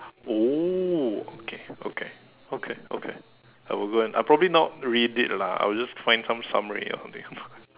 oh okay okay okay okay I will go and I will probably not read it lah I will just find some summary or something